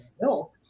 milk